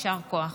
יישר כוח.